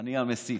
אני אהיה המסית.